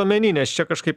omeny nes čia kažkaip